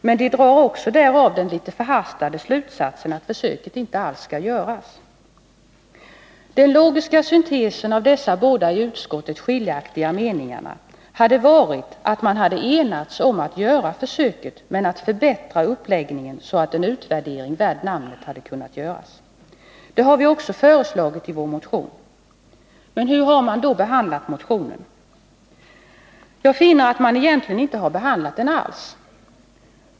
Men de drar också därav den litet förhastade slutsatsen att försöket inte alls skall göras. Den logiska syntesen av de båda i utskottet skiljaktiga meningarna hade varit att man enats om att göra försöket men förbättra uppläggningen, så att en utvärdering värd namnet hade kunnat göras. Det har vi också föreslagit i vår motion. Men hur har man då behandlat motionen? Jag finner att man egentligen inte har behandlat den alls.